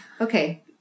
okay